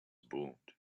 boomed